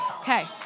Okay